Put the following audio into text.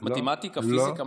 מתמטיקה, פיזיקה?